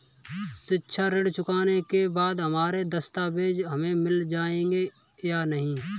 शिक्षा ऋण चुकाने के बाद हमारे दस्तावेज हमें मिल जाएंगे या नहीं?